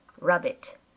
Rabbit